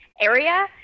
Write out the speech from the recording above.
area